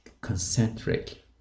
concentric